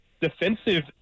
defensive